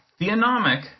theonomic